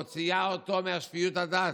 מוציאים אותו משפיות הדעת,